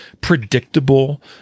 predictable